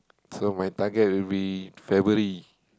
so my target will be February